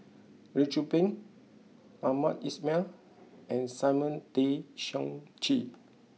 Lee Tzu Pheng Hamed Ismail and Simon Tay Seong Chee